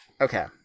Okay